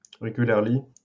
regularly